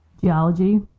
Geology